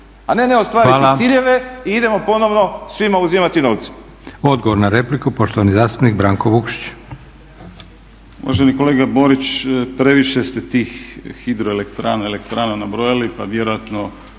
A ne, neostvarite ciljeve i idemo ponovno svima uzimati novce.